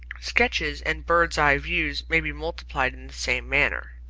sketches and bird' s-eye views may be multiplied in the same manner.